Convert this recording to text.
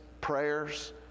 prayers